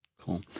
Cool